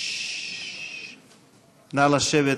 נא לשבת,